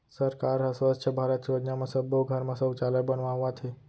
सरकार ह स्वच्छ भारत योजना म सब्बो घर म सउचालय बनवावत हे